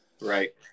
right